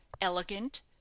Elegant